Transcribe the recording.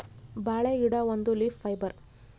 ಬಾಳೆ ಗಿಡ ಒಂದು ಲೀಫ್ ಫೈಬರ್